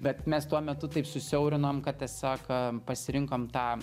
bet mes tuo metu taip susiaurinom kad tiesiog pasirinkom tą